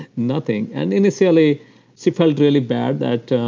nothing. and initially she felt really bad that,